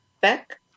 Beck